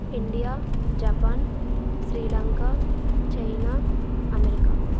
India Japan Sri Lanka China America